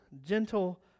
gentle